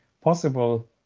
possible